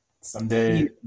someday